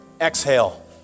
exhale